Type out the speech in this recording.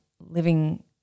living